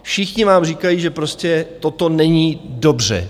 Všichni vám říkají, že prostě toto není dobře.